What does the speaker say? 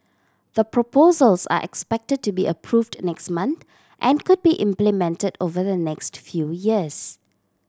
the proposals are expected to be approved next month and could be implemented over the next few years